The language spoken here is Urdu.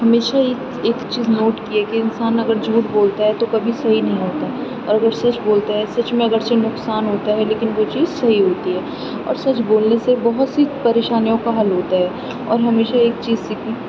ہمیشہ ایک ایک چیز نوٹ کیا کہ انسان اگر جھوٹ بولتا ہے تو کبھی صحیح نہیں ہوتا اور اگر سچ بولتا ہے سچ میں اگرچہ نقصان ہوتا ہے لیکن وہ چیز صحیح ہوتی ہے اور سچ بولنے سے بہت سی پریشانیوں کا حل ہوتا ہے اور ہمیشہ ایک چیز سیکھی